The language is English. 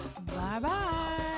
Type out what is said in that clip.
Bye-bye